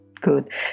Good